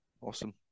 awesome